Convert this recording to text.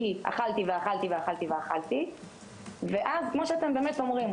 כי אכלתי ואכלתי ואכלתי ואכלתי ואז כמו שאתם באמת אומרים,